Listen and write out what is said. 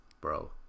bro